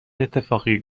اتفاقی